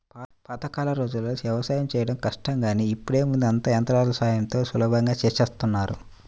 పాతకాలం రోజుల్లో యవసాయం చేయడం కష్టం గానీ ఇప్పుడేముంది అంతా యంత్రాల సాయంతో సులభంగా చేసేత్తన్నారు